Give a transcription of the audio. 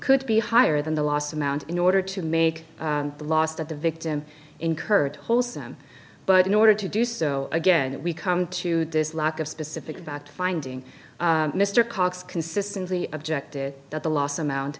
could be higher than the last amount in order to make the last of the victim incurred wholesome but in order to do so again we come to this lack of specifics about finding mr cox consistently objected that the last amount